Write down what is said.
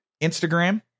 Instagram